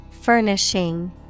Furnishing